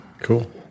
Cool